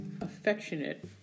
affectionate